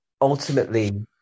ultimately